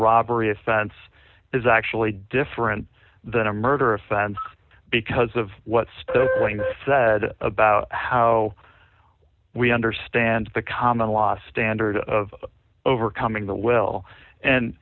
robbery offense is actually different than a murder offense because of what's said about how we understand the common law standard of overcoming the will and